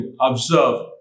observe